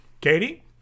Katie